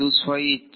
ಅದು ಸ್ವಇಚ್ಛೆ